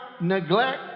neglect